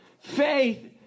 Faith